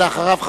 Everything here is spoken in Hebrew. ואחריו,